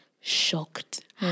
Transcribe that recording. shocked